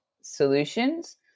solutions